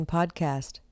Podcast